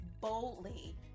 boldly